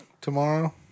tomorrow